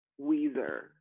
Weezer